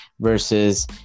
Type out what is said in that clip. versus